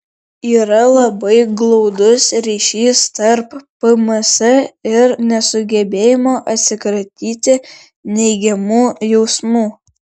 yra labai glaudus ryšys tarp pms ir nesugebėjimo atsikratyti neigiamų jausmų